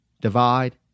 divide